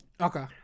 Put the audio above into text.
Okay